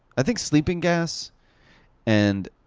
i think sleeping gas and